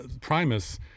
Primus